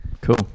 Cool